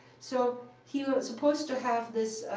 so he was supposed to have this